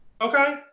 Okay